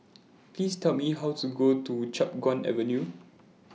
Please Tell Me How to Go to Chiap Guan Avenue